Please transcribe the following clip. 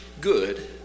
good